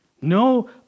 No